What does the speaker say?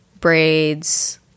Braids